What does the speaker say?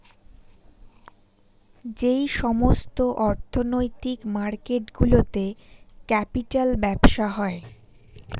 যেই সমস্ত অর্থনৈতিক মার্কেট গুলোতে ক্যাপিটাল ব্যবসা হয়